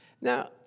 Now